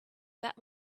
that